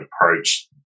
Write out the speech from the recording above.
approach